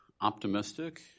optimistic